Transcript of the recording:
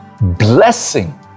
blessing